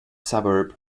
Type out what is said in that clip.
suburb